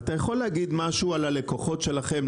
אתה יכול להגיד משהו על הלקוחות שלכם?